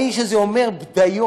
האיש הזה אומר בדיות.